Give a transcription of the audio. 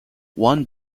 one